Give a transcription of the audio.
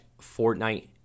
Fortnite